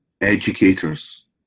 educators